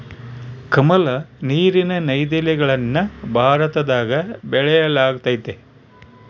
ಕಮಲ, ನೀರಿನ ನೈದಿಲೆಗಳನ್ನ ಭಾರತದಗ ಬೆಳೆಯಲ್ಗತತೆ